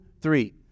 three